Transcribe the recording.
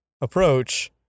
approach